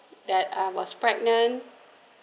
that I was pregnant